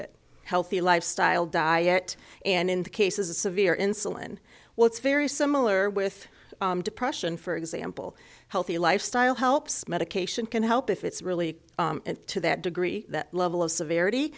it healthy lifestyle diet and in the cases of severe insulin well it's very similar with depression for example a healthy lifestyle helps medication can help if it's really to that degree that level of severity